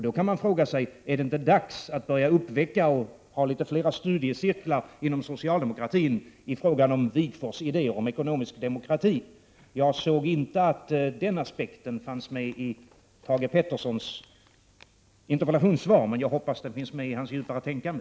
Då kan man fråga sig: Är det inte dags att anordna litet fler studiecirklar inom socialdemokratin beträffande Wigforss idéer om ekonomisk demokati? Jag kan inte finna att den aspekten fanns med i Thage Petersons interpellationssvar, men jag hoppas att den finns med i hans djupare tänkande.